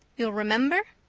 you'll remember?